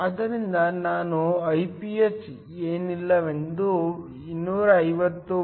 ಆದ್ದರಿಂದ ನಾನು I ph ಏನಿಲ್ಲವೆಂದರೂ 250 ವ್ಯಾಟ್ m 2